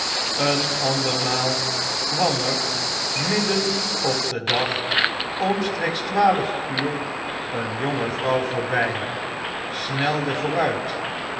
een andermaal kwam er midden op den dag omstreeks twaalf uur een jonge vrouw voorby snelde vooruit